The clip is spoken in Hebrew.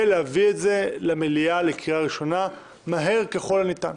ונביא את זה למליאה לקריאה הראשונה מהר ככל הניתן.